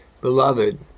Beloved